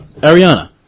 Ariana